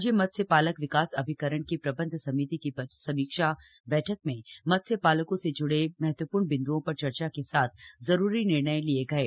राज्य मत्स्य पालक विकास अभिकरण की प्रबन्ध समिति की समीक्षा बैठक में मत्स्य पालकों से जूड़े महत्वपूर्ण बिन्दुओं पर चर्चा के साथ जरूरी निर्णय लिये गये